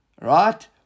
right